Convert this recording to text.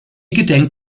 gedenkt